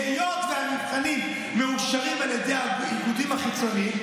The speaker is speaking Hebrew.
היות שהמבחנים מאושרים על ידי האיגודים החיצוניים,